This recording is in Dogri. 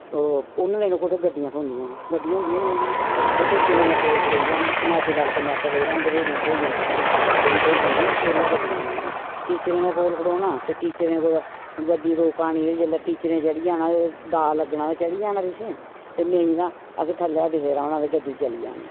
ओह् उनें दिनें कुत्थैं गड्डियां थ्होंडियां हियां गड्डियां होंदियां गै नेईं ही ते टीचरें दे कौल खड़ोई जाना हून अज्जकल्ल ते मैटडोरां बी बथ्हेरियां थ्होई जंदियां ते ओह् बी थ्होई जंदियां ओल्लै गड्डियां नेईं हियां टीचरें दें कोल खड़ोना ते टीचरें कुदैं गड्डी रुकानी ते जेल्लै टीचरें चढ़ी जाना ते दाऽ लग्गना ते चढ़ी जाना पिच्छें ते नेईं तां असें थल्लैं दा गै दिखदे रौह्नां ते गड्डी चली जानी